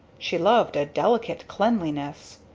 she loved a delicate cleanliness.